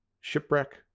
Shipwreck